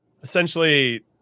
essentially